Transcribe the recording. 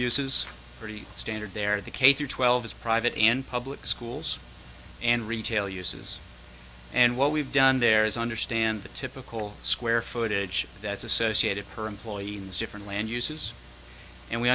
uses a pretty standard there the k through twelve is private and public schools and retail uses and what we've done there is understand the typical square footage that's associated per employee in the different land uses and we